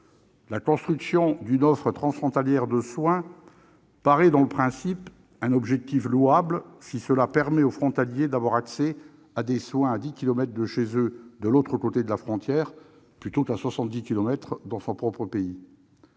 La construction d'une offre transfrontalière de soins paraît, dans le principe, un objectif louable, si cela permet aux frontaliers d'avoir accès à des soins à dix kilomètres de chez eux de l'autre côté de la frontière plutôt qu'à soixante-dix kilomètres dans